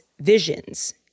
visions